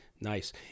Nice